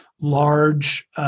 large